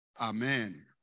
Amen